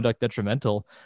detrimental